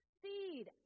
seed